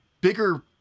bigger